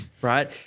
right